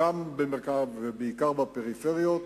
גם במרכז, בעיקר בפריפריה.